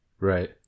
Right